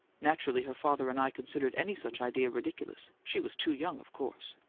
naturally, her father and i considered any such idea ridiculous she was too young, of course.